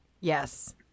Yes